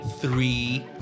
three